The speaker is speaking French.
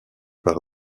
par